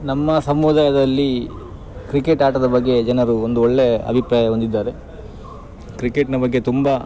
ನಮ್ಮ ಸಮುದಾಯದಲ್ಲಿ ಕ್ರಿಕೆಟ್ ಆಟದ ಬಗ್ಗೆ ಜನರು ಒಂದು ಒಳ್ಳೆಯ ಅಭಿಪ್ರಾಯ ಹೊಂದಿದ್ದಾರೆ ಕ್ರಿಕೆಟ್ನ ಬಗ್ಗೆ ತುಂಬ